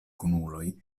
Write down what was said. kunuloj